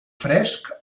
fresc